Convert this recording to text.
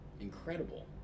Incredible